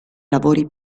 lavori